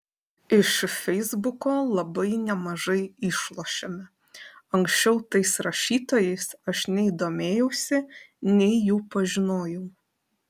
iš feisbuko labai nemažai išlošėme anksčiau tais rašytojais aš nei domėjausi nei jų pažinojau